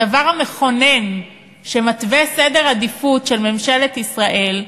הדבר המכונן שמתווה סדר עדיפויות של ממשלת ישראל?